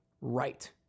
right